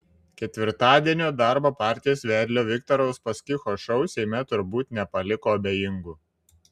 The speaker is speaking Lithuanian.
ketvirtadienio darbo partijos vedlio viktoro uspaskicho šou seime turbūt nepaliko abejingų